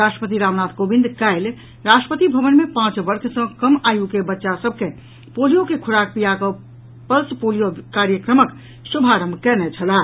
राष्ट्रपति रामनाथ कोविंद काल्हि राष्ट्रपति भवन मे पांच वर्ष सँ कम आयु के बच्चा सभ के पोलियो के खुराक पियाकऽ पल्स पोलियो कार्यक्रमक शुभारंभ कयने छलाह